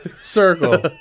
Circle